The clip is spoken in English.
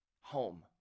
home